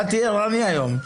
באתי ערני היום.